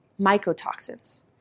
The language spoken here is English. mycotoxins